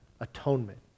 atonement